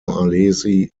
alesi